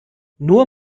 nur